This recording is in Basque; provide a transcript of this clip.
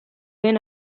den